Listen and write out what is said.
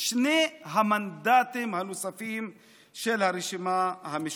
שני המנדטים הנוספים של הרשימה המשותפת.